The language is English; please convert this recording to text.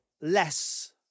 less